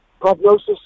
prognosis